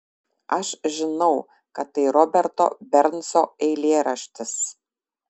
aš žinau kad tai roberto bernso eilėraštis